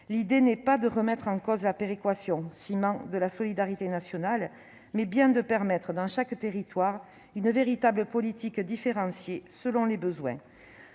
L'idée n'est pas de remettre en cause la péréquation, ciment de la solidarité nationale, mais bien de permettre, dans chaque territoire, une véritable politique différenciée selon les besoins.